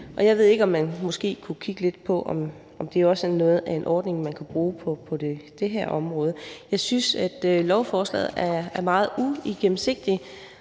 Jeg ved ikke, om man måske kunne kigge lidt på, om det også er en ordning, man kunne bruge på det her område. Jeg synes, at lovforslaget er meget uigennemsigtigt,